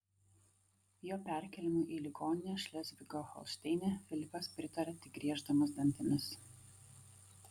jo perkėlimui į ligoninę šlezvigo holšteine filipas pritarė tik grieždamas dantimis